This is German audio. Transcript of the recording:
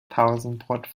pausenbrot